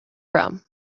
from